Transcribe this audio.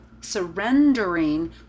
surrendering